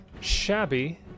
shabby